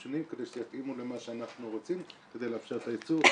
השינויים כדי שיתאימו למה שאנחנו רוצים כדי לאפשר את הייצוא,